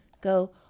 go